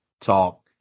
talk